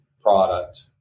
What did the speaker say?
product